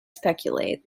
speculate